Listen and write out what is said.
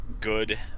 good